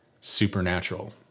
supernatural